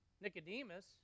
Nicodemus